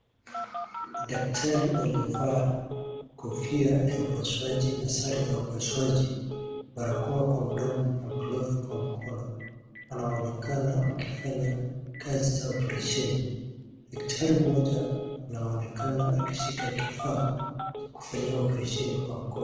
Daktari waliovaa kofia ya upasuaji na sare za upasuaji, barakoa kwa mdomo na glovu kwa mkono wanaonekana wakifanya kazi za operesheni. Daktari mmoja anaonekana akishika kifaa kufanyia operesheni kwa mkono